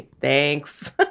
thanks